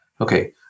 Okay